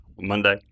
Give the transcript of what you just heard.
Monday